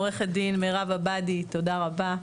עו"ד מירב עבאדי, תודה רבה.